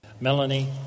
Melanie